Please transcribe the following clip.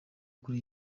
kuri